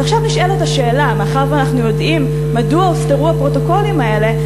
ועכשיו נשאלת השאלה: מאחר שאנחנו יודעים מדוע הוסתרו הפרוטוקולים האלה,